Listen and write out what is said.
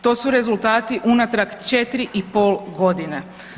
To su rezultati unatrag 4,5 godine.